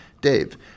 Dave